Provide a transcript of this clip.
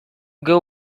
geu